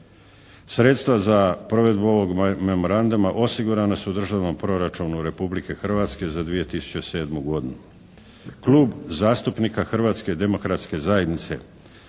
Sredstva za provedbu ovog Memoranduma osigurana su u državnom proračunu Republike Hrvatske za 2007. godinu. Klub zastupnika Hrvatske demokratske zajednice